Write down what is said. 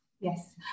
Yes